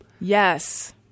Yes